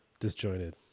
disjointed